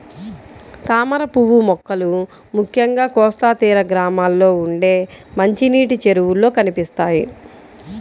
తామరపువ్వు మొక్కలు ముఖ్యంగా కోస్తా తీర గ్రామాల్లో ఉండే మంచినీటి చెరువుల్లో కనిపిస్తాయి